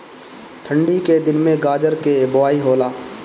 ठन्डी के दिन में गाजर के बोआई होला